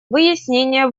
выяснения